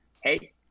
hey